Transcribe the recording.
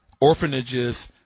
orphanages